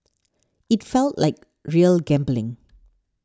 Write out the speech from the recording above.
it felt like real gambling